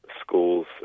schools